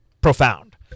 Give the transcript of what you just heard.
profound